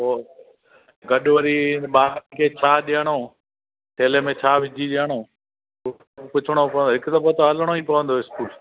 पोइ गॾु वरी ॿारनि खे छा ॾियणो थैले में छा विझी ॾियणो पु पुछणो तव हिकु दफ़ो त हलणो ई पवंदो इस्कूल